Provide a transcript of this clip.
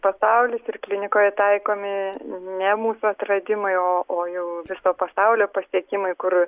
pasaulis ir klinikoje taikomi ne mūsų atradimai o o jau viso pasaulio pasiekimai kur